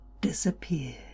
disappeared